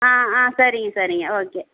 ஆ ஆ சரிங்க சரிங்க ஓகே